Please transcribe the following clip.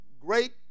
great